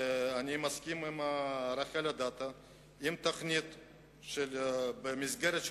אני מסכים עם רחל אדטו: אם התוכנית היא במסגרת של